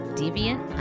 deviant